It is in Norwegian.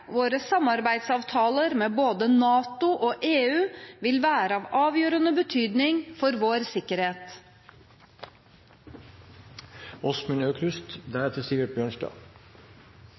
våre samarbeidsavtaler med både NATO og EU vil være av avgjørende betydning for vår sikkerhet.